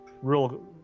real